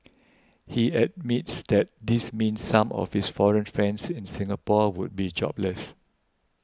he admits that this means some of his foreign friends in Singapore would be jobless